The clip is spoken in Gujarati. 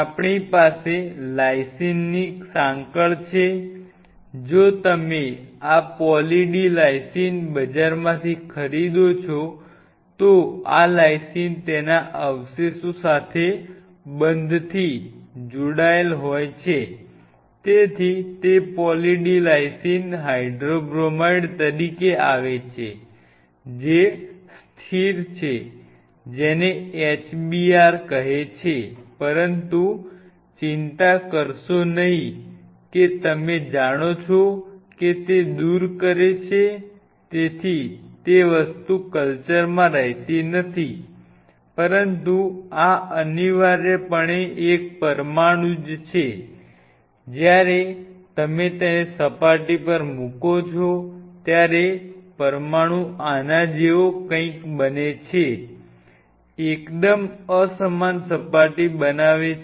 આપણી પાસે લાઇસિનની સાંકળ છે જો તમે આ પોલી D લાઇસિન બજારમાંથી ખરીદો છો તો આ લાઇસિન તેના અવશેષો સાથે બંધ થી જોડાયેલ હોય છે